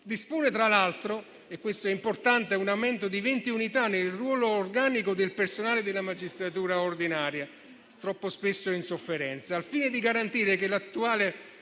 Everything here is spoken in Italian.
Dispone, tra l'altro - e questo è importante - un aumento di venti unità nel ruolo organico del personale della magistratura ordinaria, troppo spesso in sofferenza, al fine di garantire che l'attuazione